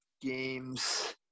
games –